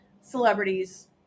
celebrities